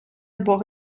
бог